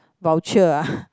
voucher ah